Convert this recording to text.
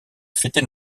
fêter